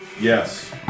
Yes